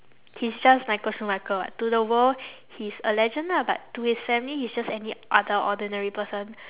he's just michael schumacher [what] to the world he's a legend lah but to his family he's just any other ordinary person